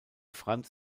franz